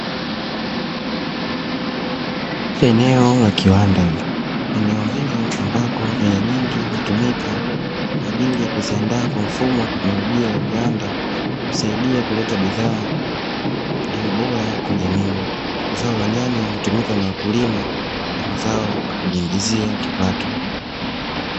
Eneo la kiwanda. Eneo hilo ambako nyanya nyingi hutumika kwa ajili ya kuziandaa kwa mfumo wa teknolojia wa viwanda, husaidia kuleta bidhaa iliyo bora kwa jamii. Zao la nyanya hutumika na wakulima kama zao la kujiingizia kipato.